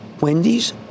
Wendy's